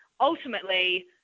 ultimately